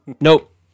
Nope